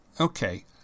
okay